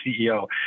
CEO